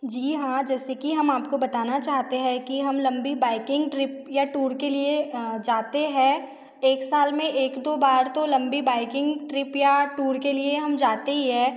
जी हाँ जैसे कि हम आपको बताना चाहते हैं कि हम लम्बी बाइकिंग ट्रिप या टूर के लिए जाते हैं एक साल में एक दो बार तो लम्बी बाइकिंग ट्रिप या टूर के लिए हम जाते ही हैं